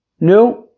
No